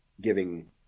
giving